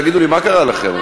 תגידו לי, מה קרה לכם?